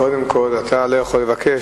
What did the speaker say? קודם כול, אתה לא יכול לבקש.